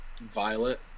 Violet